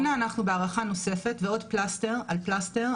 אבל הנה אנחנו בהארכה נוספת, ועוד פלסטר על פלסטר.